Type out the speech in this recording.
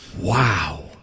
Wow